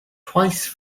twice